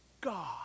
God